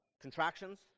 contractions